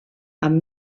amb